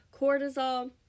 Cortisol